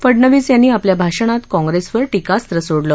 फडनवीस यांनी आपल्या भाषणात काँग्रेसवर टीकास्त्र सोडलं